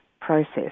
process